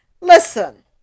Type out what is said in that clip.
Listen